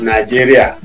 Nigeria